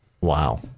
Wow